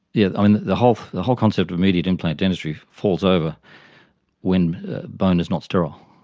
yeah and the whole the whole concept of immediate implant dentistry falls over when bone is not sterile.